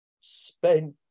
spent